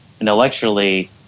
intellectually